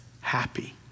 happy